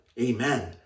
Amen